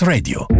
Radio